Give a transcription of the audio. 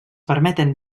permeten